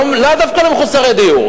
לאו דווקא למחוסרי דיור,